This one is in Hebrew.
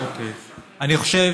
אני חושב